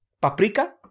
Paprika